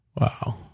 Wow